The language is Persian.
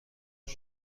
بود